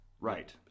Right